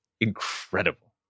incredible